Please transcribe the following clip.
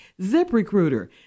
ZipRecruiter